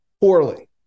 poorly